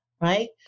right